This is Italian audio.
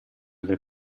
del